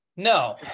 No